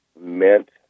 meant